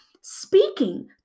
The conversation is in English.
speaking